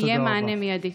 יהיה מענה מיידי.